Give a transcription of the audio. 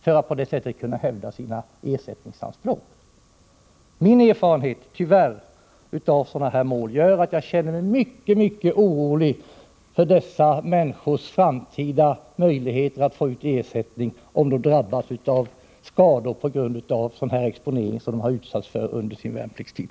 Min erfarenhet av mål som avser ersättningsanspråk på försvaret gör, tyvärr, att jag känner mig mycket orolig när det gäller de framtida möjligheterna för dagens värnpliktiga att få ut ersättning om de drabbas av skador på grund av den asbestexponering som de utsatts för under sin värnpliktstid.